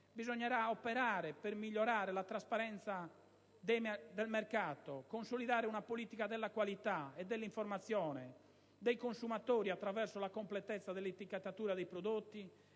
Bisognerà operare per migliorare la trasparenza del mercato, consolidare una politica della qualità e dell'informazione dei consumatori attraverso la completezza dell'etichettatura dei prodotti